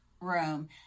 room